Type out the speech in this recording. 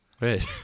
Right